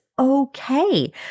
Okay